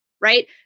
right